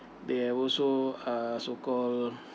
they were also uh so called